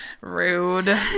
Rude